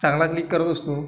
चांगला क्लिक करत असतो